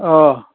অ